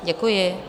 Děkuji.